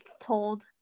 told